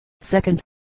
Second